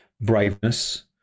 braveness